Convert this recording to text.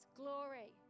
glory